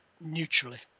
neutrally